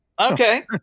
Okay